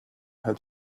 had